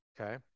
Okay